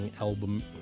album